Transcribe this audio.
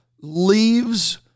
leaves